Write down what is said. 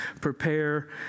prepare